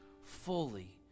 fully